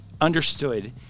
understood